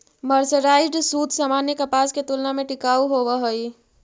mercerised सूत सामान्य कपास के तुलना में टिकाऊ होवऽ हई